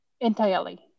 entirely